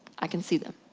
i can see them.